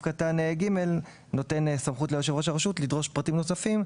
קטן (ג) נותן סמכות ליושב ראש הרשות לדרוש כספים נוספים,